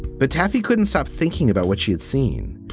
batarfi couldn't stop thinking about what she'd seen,